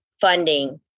funding